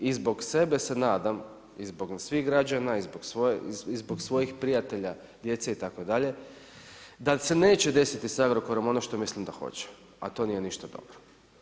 I zbog sebe se nadam, i zbog svih građana, i zbog svojih prijatelja, djece itd. da se neće desiti sa Agrokorom ono što mislim da hoće, a to nije ništa dobro.